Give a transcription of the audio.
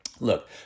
Look